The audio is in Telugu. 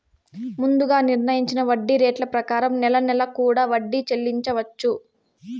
ముందుగా నిర్ణయించిన వడ్డీ రేట్ల ప్రకారం నెల నెలా కూడా వడ్డీ చెల్లించవచ్చు